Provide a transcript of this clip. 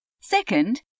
Second